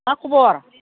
मा खबर